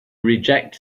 reject